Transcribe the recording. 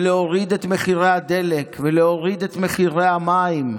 להוריד את מחירי הדלק, להוריד את מחירי המים.